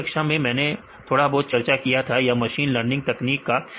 पिछली कक्षा में मैंने थोड़ा बहुत चर्चा किया था मशीन लर्निंग तकनीक का